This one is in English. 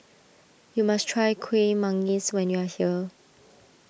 you must try Kuih Manggis when you are here